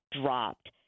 dropped